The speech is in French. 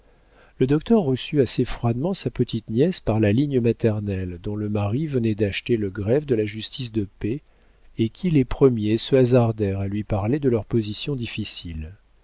le docteur reçut assez froidement sa petite nièce par la ligne maternelle dont le mari venait d'acheter le greffe de la justice de paix et qui les premiers se hasardèrent à lui parler de leur position difficile